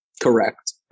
Correct